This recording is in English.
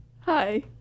Hi